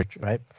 right